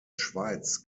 schweiz